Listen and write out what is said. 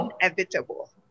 inevitable